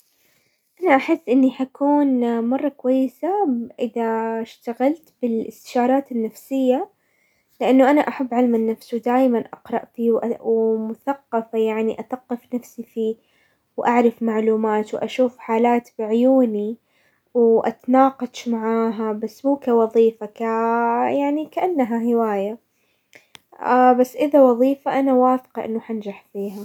انا احس اني حكون مرة كويسة اذا اشتغلت بالاستشارات النفسية، لانه انا احب علم النفس ودايما اقرأ فيه ومثقفة، يعني اثقف نفسي فيه واعرف معلومات واشوف حالات في عيوني اتناقش معاها بس مو كوظيفة، يعني كأنها هواية، بس اذا وظيفة انا واثقة انه حنجح فيها.